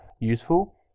useful